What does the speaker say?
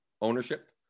ownership